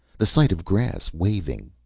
the sight of grass waving.